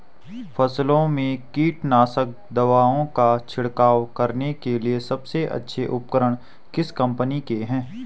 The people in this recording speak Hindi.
फसलों में कीटनाशक दवाओं का छिड़काव करने के लिए सबसे अच्छे उपकरण किस कंपनी के हैं?